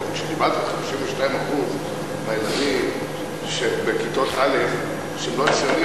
אבל כשדיברת על 52% מהילדים שבכיתות א' שהם לא נשארים,